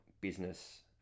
business